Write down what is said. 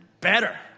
better